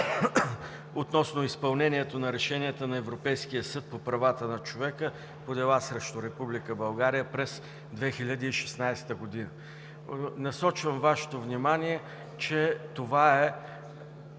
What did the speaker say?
по изпълнението на решенията на Европейския съд по правата на човека по дела срещу Република България през 2016 г. Насочвам Вашето внимание, че това е